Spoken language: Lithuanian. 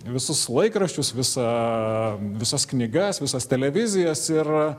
visus laikraščius visą visas knygas visas televizijas ir